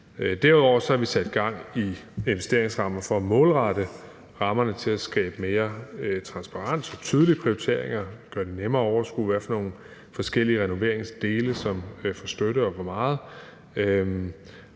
Derudover har vi sat gang i investeringsrammer for at målrette rammerne til at skabe mere transparens og tydelige prioriteringer og gøre det nemmere at overskue, hvad for nogle forskellige renoveringsdele som får støtte, og hvor meget.